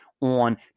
on